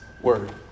word